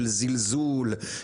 של זלזול.